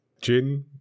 Jin